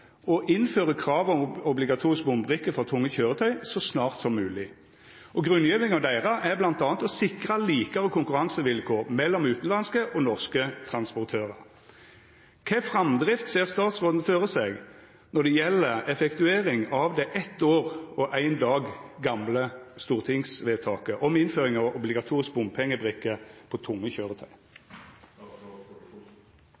å innføra krav om obligatorisk bompengebrikke for tunge køyretøy så snart som mogleg. Grunngjevinga deira er m.a. å sikra like konkurransevilkår mellom utanlandske og norske transportørar. Kva framdrift ser statsråden for seg når det gjeld effektuering av det eitt år og éin dag gamle stortingsvedtaket om innføring av obligatorisk bompengebrikke på tunge